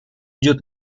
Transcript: идет